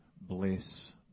bless